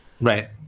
Right